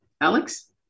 Alex